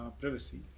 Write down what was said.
privacy